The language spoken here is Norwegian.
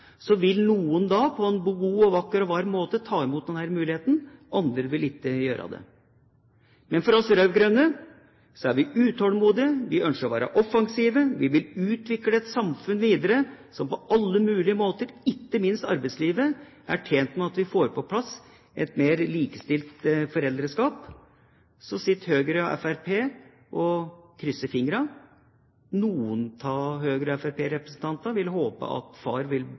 så langt i debatten at det er liksom over kjøkkenbordet dette skal avgjøres. Noen vil på en god og vakker og varm måte ta imot denne muligheten, og andre vil ikke gjøre det. Men vi rød-grønne er utålmodige. Vi ønsker å være offensive, vi vil utvikle et samfunn som på alle mulige måter – ikke minst i arbeidslivet – er tjent med at vi får på plass et mer likestilt foreldreskap. Så sitter Høyre og Fremskrittspartiet og krysser fingrene. Noen av Høyre- og Fremskrittsparti-representantene vil håpe